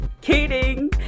kidding